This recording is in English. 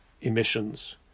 emissions